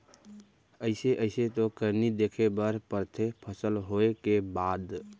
अइसे अइसे तो करनी देखे बर परथे फसल होय के बाद